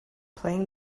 playing